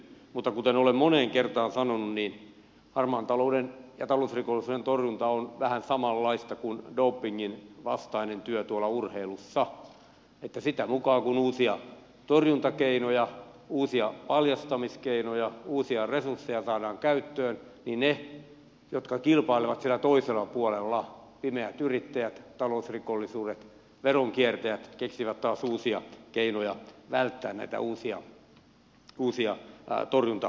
mutta kuten olen moneen kertaan sanonut harmaan talouden ja talousrikollisuuden torjunta on vähän samanlaista kuin dopingin vastainen työ tuolla urheilussa että sitä mukaa kun uusia torjuntakeinoja uusia paljastamiskeinoja uusia resursseja saadaan käyttöön niin ne jotka kilpailevat siellä toisella puolella pimeät yrittäjät talousrikolliset veronkiertäjät keksivät taas uusia keinoja välttää näitä uusia torjuntakeinoja